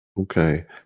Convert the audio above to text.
Okay